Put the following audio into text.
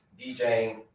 DJing